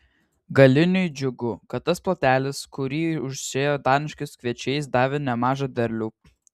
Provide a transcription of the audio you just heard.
galiniui džiugu kad tas plotelis kurį užsėjo daniškais kviečiais davė nemažą derlių